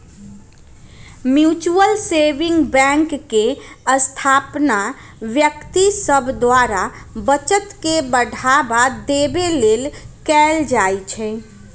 mutual saving bank के स्थापना व्यक्ति सभ द्वारा बचत के बढ़ावा देबे लेल कयल जाइ छइ